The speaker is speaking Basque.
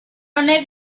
honek